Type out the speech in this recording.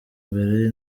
mbere